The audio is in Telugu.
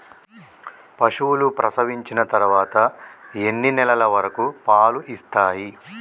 పశువులు ప్రసవించిన తర్వాత ఎన్ని నెలల వరకు పాలు ఇస్తాయి?